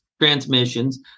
transmissions